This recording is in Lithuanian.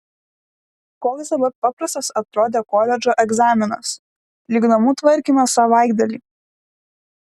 koks dabar paprastas atrodė koledžo egzaminas lyg namų tvarkymas savaitgalį